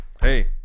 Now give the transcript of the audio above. Hey